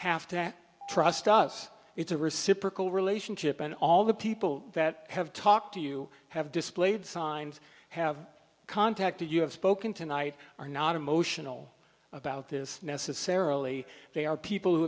have to trust us it's a reciprocal relationship and all the people that have talked to you have displayed signs have contacted you have spoken tonight are not emotional about this necessarily they are people who